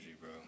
bro